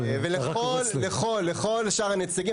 ולכל שאר הנציגים.